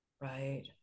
Right